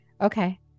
Okay